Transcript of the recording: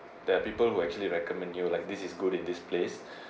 there are people who actually recommend you like this is good in this place